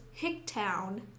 Hicktown